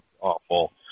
awful